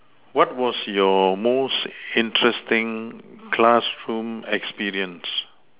what was your most interesting classroom experience